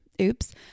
Oops